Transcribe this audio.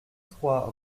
trois